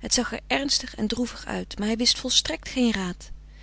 het zag er ernstig en droevig uit maar hij wist volstrekt geen raad